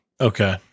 Okay